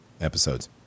episodes